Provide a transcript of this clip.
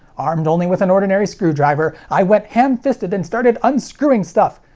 armed only with an ordinary screwdriver, i went hamfisted and started unscrewing stuff,